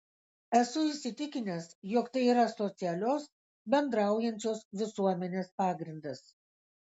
esu įsitikinęs jog tai yra socialios bendraujančios visuomenės pagrindas